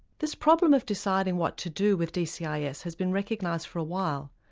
this problem of deciding what to do with dcis has been recognised for a while.